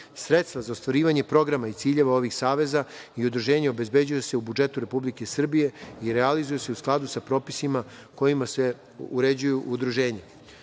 Sredstva za ostvarivanje programa i ciljeva ovih saveza i udruženja obezbeđuju se u budžetu Republike Srbije i realizuju se u skladu sa propisima kojima se uređuju udruženja. Članom